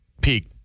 peak